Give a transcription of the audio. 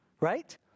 right